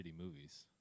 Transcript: movies